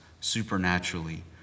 supernaturally